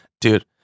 Dude